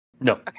no